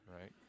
right